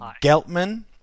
Geltman